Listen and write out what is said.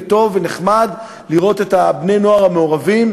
וטוב ונחמד לראות את בני-הנוער המעורבים,